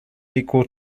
equal